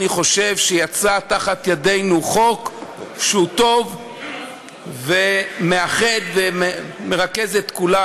אני חושב שיצא מתחת ידינו חוק שהוא טוב ומאחד ומרכז את כולם.